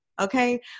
Okay